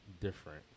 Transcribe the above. different